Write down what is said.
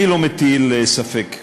אני לא מטיל ספק בכשרים,